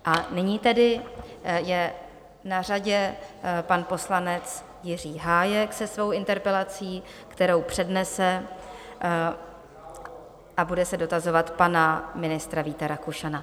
A nyní tedy je na řadě pan poslanec Jiří Hájek se svou interpelací, kterou přednese, a bude se dotazovat pana ministra Víta Rakušana.